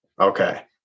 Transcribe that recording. Okay